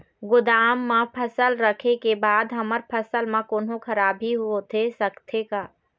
गोदाम मा फसल रखें के बाद हमर फसल मा कोन्हों खराबी होथे सकथे का?